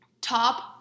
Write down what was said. Top